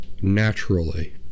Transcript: naturally